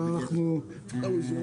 אפשר לחדד את הנוסח עובד מטעמו או משהו כזה.